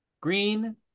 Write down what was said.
Green